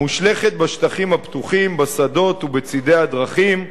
מושלכת בשטחים פתוחים, בשדות ובצדי דרכים.